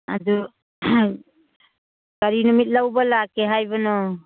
ꯑꯗꯨ ꯀꯔꯤ ꯅꯨꯃꯤꯠ ꯂꯧꯕ ꯂꯥꯛꯀꯦ ꯍꯥꯏꯕꯅꯣ